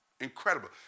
Incredible